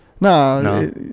no